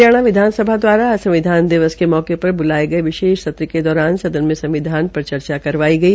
हरियाणा विधानसभा द्वारा आज संविधान दिवस के मौके पर ब्लाये गये विशेष सत्र के दौरान सदन में संविधान पर चर्चा करवाई गई